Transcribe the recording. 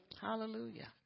hallelujah